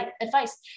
advice